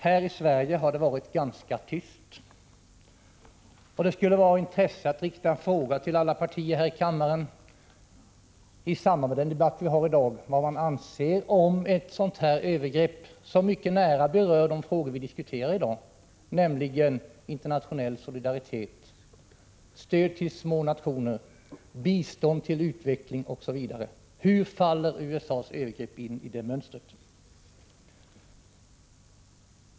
Här i Sverige har det varit ganska tyst, och det skulle vara av intresse att i samband med dagens debatt rikta en fråga till alla partier här i kammaren vad man anser om ett sådant här övergrepp, som mycket nära berör de frågor vi diskuterar i dag, nämligen internationell solidaritet, stöd till små nationer, bistånd till utveckling osv. Hur faller USA:s övergrepp in i det mönstret?